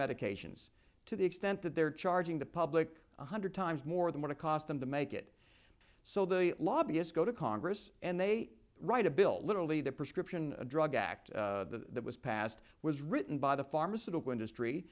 medications to the extent that they're charging the public one hundred times more than what it cost them to make it so the lobbyists go to congress and they write a bill literally the prescription drug act that was passed was written by the pharmaceutical industry